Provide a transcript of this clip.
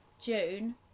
June